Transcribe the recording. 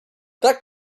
that